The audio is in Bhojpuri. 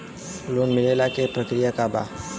लोन मिलेला के प्रक्रिया का बा?